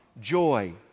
joy